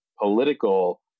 political